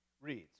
reads